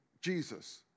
Jesus